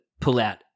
pullout